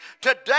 today